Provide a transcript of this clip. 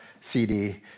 CD